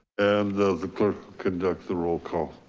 and the the clerk conduct the roll call.